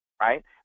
Right